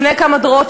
לפני כמה דורות,